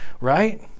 right